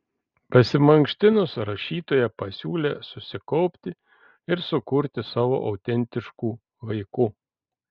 pasimankštinus rašytoja pasiūlė susikaupti ir sukurti savo autentiškų haiku